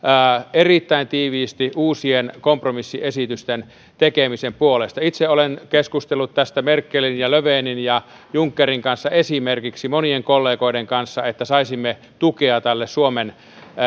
erittäin tiiviisti uusien kompromissiesitysten tekemisen puolesta itse olen keskustellut tästä esimerkiksi merkelin ja löfvenin ja junckerin kanssa monien kollegoiden kanssa että saisimme tukea tälle suomen